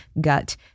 gut